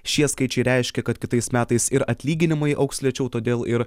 šie skaičiai reiškia kad kitais metais ir atlyginimai augs lėčiau todėl ir